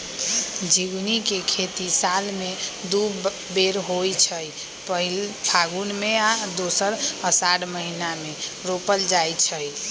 झिगुनी के खेती साल में दू बेर होइ छइ पहिल फगुन में आऽ दोसर असाढ़ महिना मे रोपल जाइ छइ